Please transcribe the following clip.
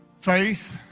Faith